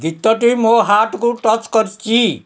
ଗୀତଟି ମୋ ହାର୍ଟ୍କୁ ଟଚ୍ କରିଛି